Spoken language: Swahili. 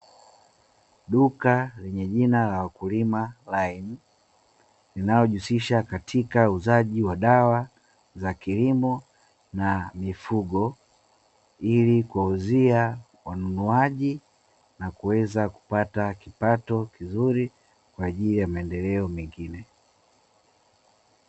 Duka lenye jina la Wakulima, linalojihusisha katika uuzaji wa dawa za kilimo na mifugo, ili kuwauzia wanunuaji na kuweza kupata kipato kizuri kwa ajili ya maendeleo mengine.